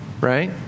right